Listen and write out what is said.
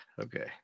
Okay